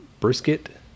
brisket